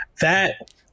that-